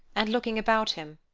and looking about him,